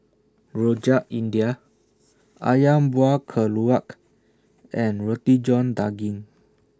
Rojak India Ayam Buah Keluak and Roti John Daging